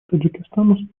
таджикистан